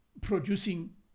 producing